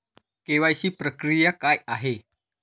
KYC प्रक्रिया काय आहे?